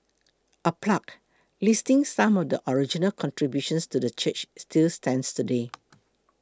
a plaque listing some of the original contributions to the church still stands today